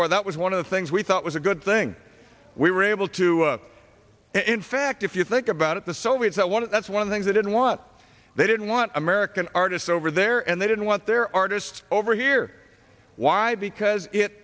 war that was one of the things we thought was a good thing we were able to in fact if you think about it the soviets at one that's one thing that and what they didn't want american artists over there and they didn't want their artists over here why because it